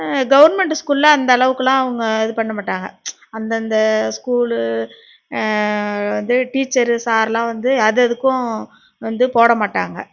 government ஸ்கூலில் அந்தளவுகெலாம் அவங்க இதுப்பண்ண மாட்டாங்க அந்தந்த ஸ்கூலு வந்து டீச்சரு சார்லாம் வந்து அததுக்கும் வந்து போடமாட்டாங்க